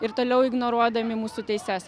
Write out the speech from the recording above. ir toliau ignoruodami mūsų teises